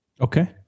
Okay